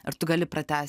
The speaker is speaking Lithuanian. ar tu gali pratęst